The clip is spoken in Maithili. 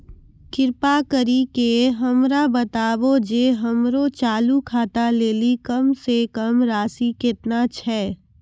कृपा करि के हमरा बताबो जे हमरो चालू खाता लेली कम से कम राशि केतना छै?